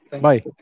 Bye